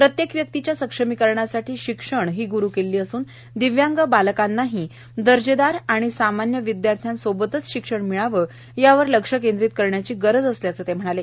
प्रत्येक व्यक्तीच्या सक्षमीकरणासाठी शिक्षण ही ग्रूकिल्ली असून दिव्यांग बालकांनाही दर्जेदार आणि सामान्य विदयाश्र्यांसोबत शिक्षण मिळावं यावर लक्ष केंद्रीत करण्याची गरज असल्याचं ते म्हणाले